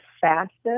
fastest